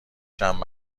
چند